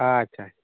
ᱟᱪᱪᱷᱟ